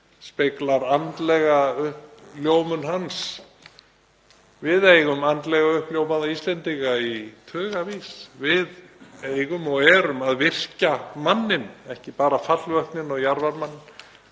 speglar andlega uppljómun hans. Við eigum andlega uppljómaða Íslendinga í tugavís. Við eigum og erum að virkja manninn, ekki bara fallvötnin og jarðvarmann.